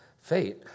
fate